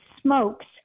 smokes